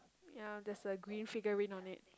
ya there is a green figurine on it